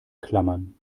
klammern